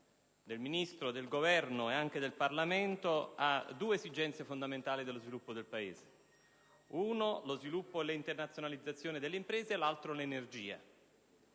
del Ministro, del Governo e anche del Parlamento a due esigenze fondamentali dello sviluppo del Paese: lo sviluppo e l'internazionalizzazione delle imprese e l'energia.